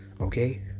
okay